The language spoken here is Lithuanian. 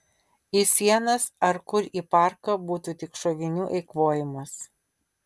į sienas ar kur į parką būtų tik šovinių eikvojimas